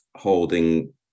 Holding